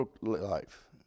life